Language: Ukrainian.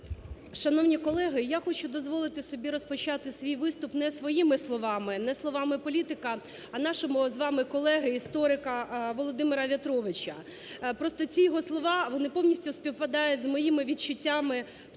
Шановні колеги, я хочу дозволити собі розпочати свій виступ не своїми словами, не словами політика, а нашого з вами колеги, історика Володимира В'ятровича. Просто ці його слова, вони повністю співпадають з моїми відчуттями в